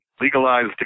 legalized